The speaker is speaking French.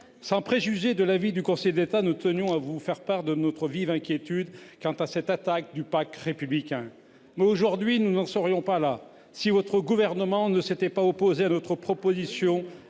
Sans préjuger de la décision du Conseil d'État, nous tenons à vous faire part de notre vive inquiétude quant à cette attaque contre notre pacte républicain. Nous n'en serions pas là si votre gouvernement ne s'était pas opposé à notre proposition